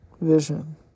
vision